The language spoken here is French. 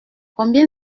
combien